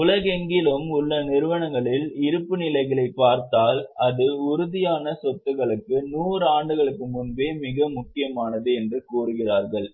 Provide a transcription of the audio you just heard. உலகெங்கிலும் உள்ள நிறுவனங்களின் இருப்புநிலைகளைப் பார்த்தால் அந்த உறுதியான சொத்துக்களுக்கு 100 ஆண்டுகளுக்கு முன்பே மிக முக்கியமானது என்று கூறுகிறார்கள்